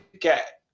get